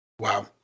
Wow